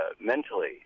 mentally